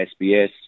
SBS